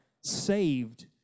saved